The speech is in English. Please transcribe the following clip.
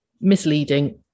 misleading